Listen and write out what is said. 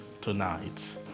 tonight